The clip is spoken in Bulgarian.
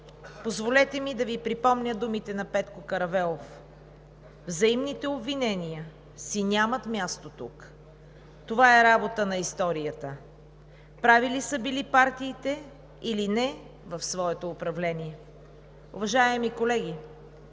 Позволете ми да Ви припомня думите на Петко Каравелов: „Взаимните обвинения си нямат място тук… Това е работа на историята: прави ли са били партиите, или не в своето управление…“ Уважаеми колеги,